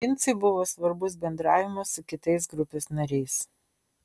vincui buvo svarbus bendravimas su kitais grupės nariais